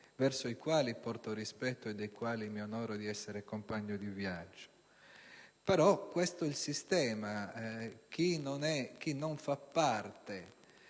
verso i quali porto rispetto e dei quali mi onoro di essere compagno di viaggio), però questo è il sistema. Chi non fa parte